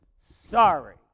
sorry